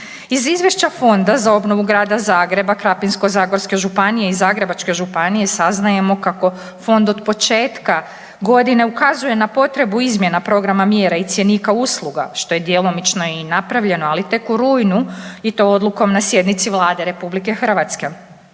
Iz izvješća Fonda za obnovu Grada Zagreba, Krapinsko-zagorske županije i Zagrebačke županije saznajemo kako fond od početka godine ukazuje na potrebu izmjena programa mjera i cjenika usluga, što je djelomično i napravljeno ali tek u rujnu i to odlukom na sjednici Vlade RH.